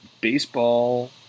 baseball